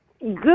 Good